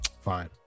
Fine